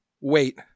Wait